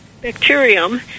bacterium